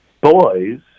boys